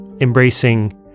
embracing